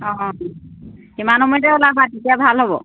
অঁ সিমান সময়তে ওলাবা তেতিয়া ভাল হ'ব